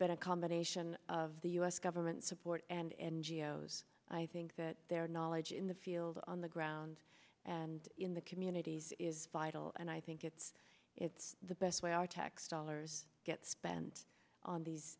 been a combination of the u s government support and n g o s i think that their knowledge in the field on the ground and in the communities is vital and i think it's it's the best way our tax dollars get spent on these